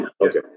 Okay